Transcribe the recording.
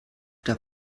der